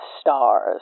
stars